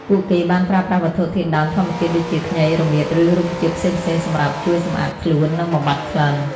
ពួកគេបានប្រើប្រាស់វត្ថុធាតុដើមធម្មជាតិដូចជា ខ្ញី រមៀត ឬរុក្ខជាតិផ្សេងៗសម្រាប់ជួយសម្អាតខ្លួន និងបំបាត់ក្លិន។